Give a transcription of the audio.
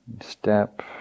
step